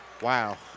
Wow